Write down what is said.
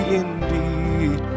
indeed